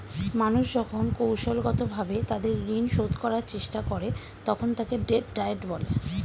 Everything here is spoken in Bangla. মানুষ যখন কৌশলগতভাবে তাদের ঋণ শোধ করার চেষ্টা করে, তখন তাকে ডেট ডায়েট বলে